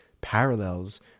parallels